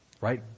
right